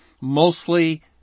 mostly